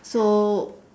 so